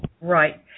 Right